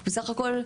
בסך הכול,